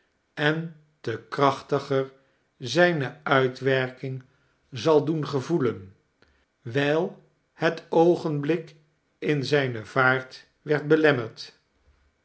en te krachtiger zijne uitwerking zal dioen gevoelen wijl het oogenblik in zijne vaart werd belemmerd